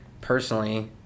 personally